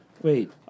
Wait